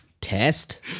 Test